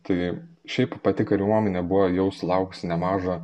tai šiaip pati kariuomenė buvo jau sulaukusi nemažo